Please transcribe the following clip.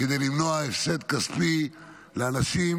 כדי למנוע הפסד כספי לאנשים,